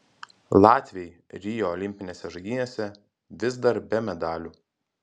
latviai rio olimpinėse žaidynėse vis dar be medalių